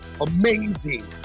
amazing